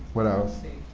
what else?